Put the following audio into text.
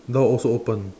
door also open